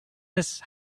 miss